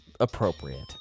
Appropriate